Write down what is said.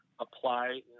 apply